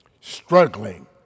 struggling